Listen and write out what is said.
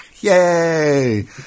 Yay